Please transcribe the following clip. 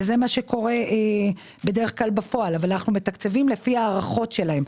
זה מה שקורה בדרך כלל בפועל אבל אנחנו מתקצבים לפי הערכות שלהם.